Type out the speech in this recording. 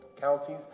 counties